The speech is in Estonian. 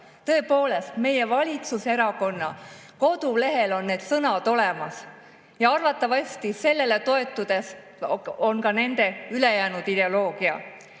Tõepoolest, valitsuserakonna kodulehel on need sõnad olemas! Ja arvatavasti sellele toetub ka nende ülejäänud ideoloogia. Peaminister